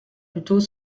plutôt